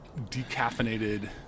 decaffeinated